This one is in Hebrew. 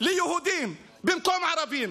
במקום הערבים.